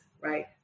right